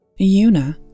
Yuna